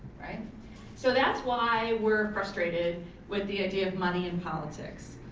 so that's why we're frustrated with the idea of money in politics.